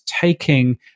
taking